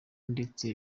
ndetse